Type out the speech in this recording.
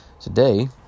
today